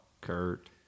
Kurt